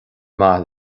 maith